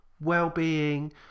well-being